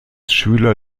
schüler